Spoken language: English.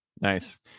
Nice